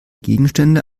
gegenstände